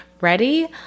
Ready